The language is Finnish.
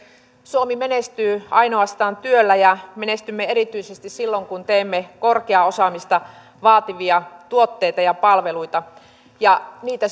suomi menestyy ainoastaan työllä ja menestymme erityisesti silloin kun teemme korkeaa osaamista vaativia tuotteita ja palveluita ja niitä